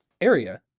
area